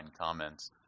comments